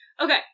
Okay